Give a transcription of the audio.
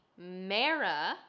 Mara